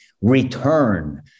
return